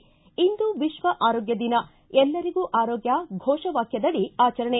ಿ ಇಂದು ವಿಶ್ವ ಆರೋಗ್ಯ ದಿನ ಎಲ್ಲರಿಗೂ ಆರೋಗ್ಯ ಘೋಷ ವಾಕ್ಕದಡಿ ಆಚರಣೆ